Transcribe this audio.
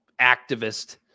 activist